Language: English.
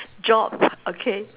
job okay